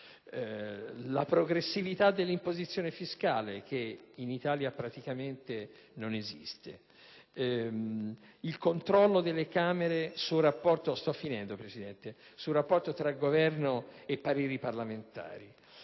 la progressività dell'imposizione fiscale, che in Italia praticamente non esiste, il controllo delle Camere sul rapporto tra Governo e pareri parlamentari.